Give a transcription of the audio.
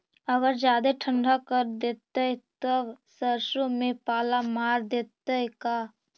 अगर जादे ठंडा कर देतै तब सरसों में पाला मार देतै का?